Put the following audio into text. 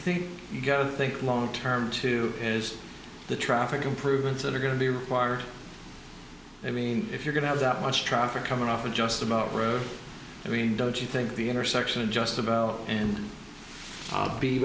think you go think long term too is the traffic improvements that are going to be required i mean if you're going to have that much traffic coming off of just about road i mean don't you think the intersection of just about and